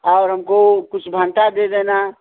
और हमको कुछ भँटा दे देना